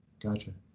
gotcha